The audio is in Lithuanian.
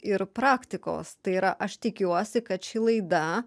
ir praktikos tai yra aš tikiuosi kad ši laida